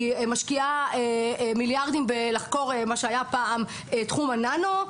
משקיעה מיליארדים בחקירה של תחום ה-ננו,